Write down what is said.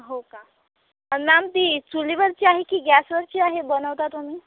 हो का आणि मॅम ती चुलीवरची आहे की गॅसवरची आहे बनवता तुम्ही